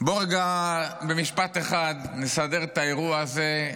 בוא רגע נסדר במשפט אחד את האירוע הזה,